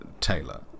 Taylor